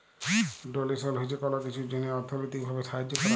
ডোলেসল হছে কল কিছুর জ্যনহে অথ্থলৈতিক ভাবে সাহায্য ক্যরা